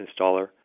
installer